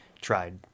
tried